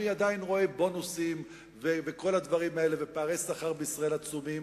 אני עדיין רואה בונוסים וכל הדברים האלה ופערי שכר עצומים